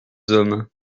hommes